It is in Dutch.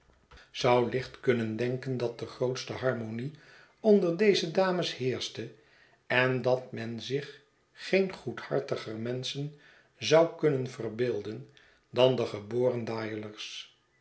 zou licht kunnen denken dat de grootste harmonie onder deze dames heerschte en dat men zich geen goedhartiger menschen zou kunnen verbeelden dan de geboren